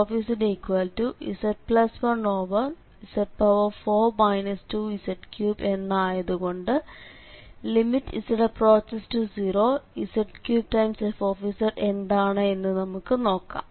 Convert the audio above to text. fzz1z4 2z3 എന്ന് ആയതു കൊണ്ട് z→0z3fzഎന്താണ് എന്ന് നമുക്ക് നോക്കാം